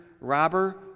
robber